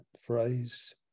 phrase